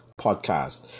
podcast